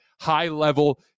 high-level